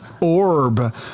orb